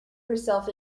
herself